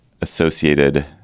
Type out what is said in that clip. associated